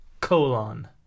colon